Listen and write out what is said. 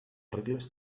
regles